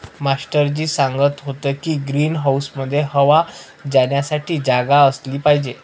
master ji सांगत होते की ग्रीन हाऊसमध्ये हवा जाण्यासाठी जागा असली पाहिजे